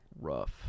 Rough